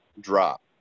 drop